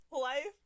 life